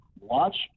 watch